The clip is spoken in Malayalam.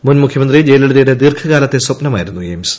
മുൻ മുഖ്യമന്ത്രി ജയലളിതയുടെ ദീർഘകാലത്തെ സ്വപ്നമായിരുന്നു എയിംസ്